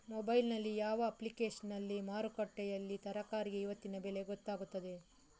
Mobile ನಲ್ಲಿ ಯಾವ ಅಪ್ಲಿಕೇಶನ್ನಲ್ಲಿ ಮಾರುಕಟ್ಟೆಯಲ್ಲಿ ತರಕಾರಿಗೆ ಇವತ್ತಿನ ಬೆಲೆ ಗೊತ್ತಾಗುತ್ತದೆ?